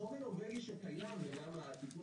החוק הנורבגי שקיים וגם התיקון